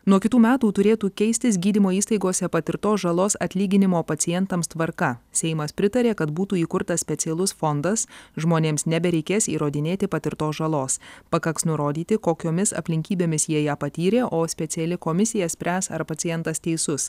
nuo kitų metų turėtų keistis gydymo įstaigose patirtos žalos atlyginimo pacientams tvarka seimas pritarė kad būtų įkurtas specialus fondas žmonėms nebereikės įrodinėti patirtos žalos pakaks nurodyti kokiomis aplinkybėmis jie ją patyrė o speciali komisija spręs ar pacientas teisus